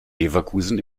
leverkusen